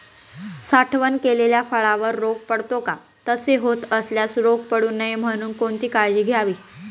साठवण केलेल्या फळावर रोग पडतो का? तसे होत असल्यास रोग पडू नये म्हणून कोणती काळजी घ्यावी?